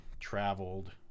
Traveled